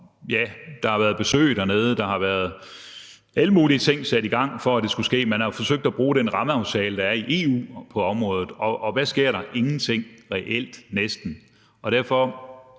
Der har været besøg dernede, der har været alle mulige ting sat i gang for, at det skulle ske. Man har jo forsøgt at bruge den rammeaftale, der er i EU på området, og hvad sker der? Reelt næsten ingenting.